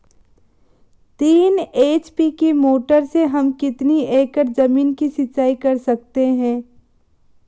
तीन एच.पी की मोटर से हम कितनी एकड़ ज़मीन की सिंचाई कर सकते हैं?